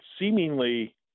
seemingly